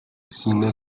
cine